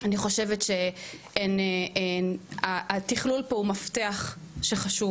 אני חושבת שהתכלול פה הוא מפתח שחשוב,